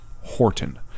Horton